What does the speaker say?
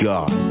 God